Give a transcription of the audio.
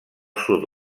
sud